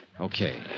Okay